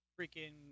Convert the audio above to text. freaking